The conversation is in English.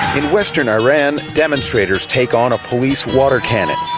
in western iran demonstrators take on a police water cannon,